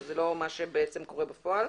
וזה לא מה שקורה בעצם בפועל.